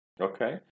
okay